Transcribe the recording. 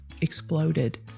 exploded